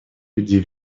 людей